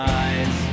eyes